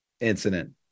incident